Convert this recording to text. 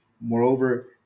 moreover